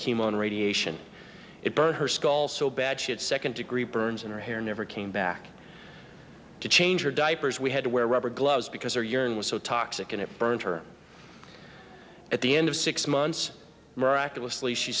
chemo and radiation it burned her skull so bad she had second degree burns and her hair never came back to change your diapers we had to wear rubber gloves because her urine was so toxic and it burned her at the end of six months miraculously she